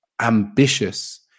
Ambitious